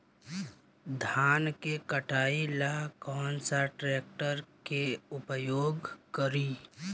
धान के कटाई ला कौन सा ट्रैक्टर के उपयोग करी?